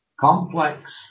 complex